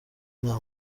nta